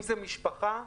משפחה,